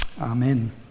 Amen